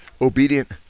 obedient